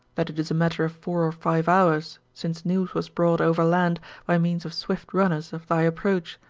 that it is a matter of four or five hours since news was brought overland by means of swift runners of thy approach.